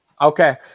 Okay